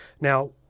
Now